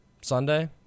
Sunday